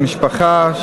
משפחה,